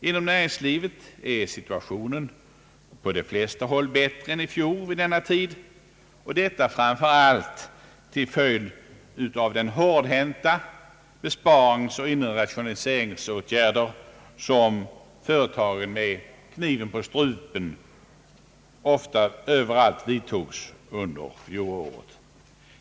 Inom näringslivet är situationen på de flesta håll bättre än i fjol vid denna tid, framför allt till följd av de hårdhänta besparingsoch inre rationaliseringsåtgärder som av företagen ofta med kniven på strupen vidtogs under fjolåret.